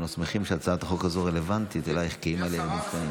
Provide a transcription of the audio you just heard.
ואנו שמחים שהצעת החוק הזו רלוונטית לך כאימא לילדים קטנים.